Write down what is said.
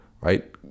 Right